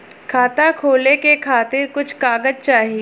खाता खोले के खातिर कुछ कागज चाही?